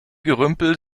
gerümpel